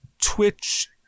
Twitch –